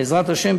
בעזרת השם,